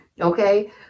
Okay